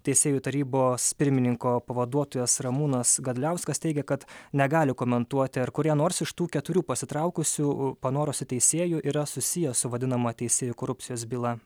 teisėjų tarybos pirmininko pavaduotojas ramūnas gadliauskas teigia kad negali komentuoti ar kurie nors iš tų keturių pasitraukusių panorusių teisėjų yra susiję su vadinama teisėjų korupcijos byla